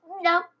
No